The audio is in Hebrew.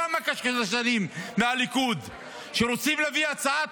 כמה קשקשנים מהליכוד שרוצים להביא הצעת